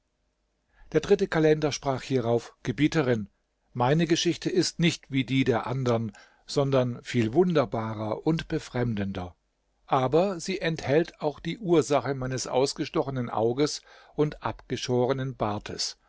der dritte kalender sprach hierauf gebieterin meine geschichte ist nicht wie die der andern sondern viel wunderbarer und befremdender aber sie enthält auch die ursache meines ausgestochenen auges und abgeschorenen bartes